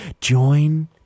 join